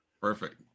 Perfect